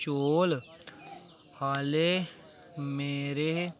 चौल हाले मेरे